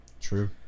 true